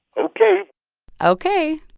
ok ok